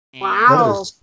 Wow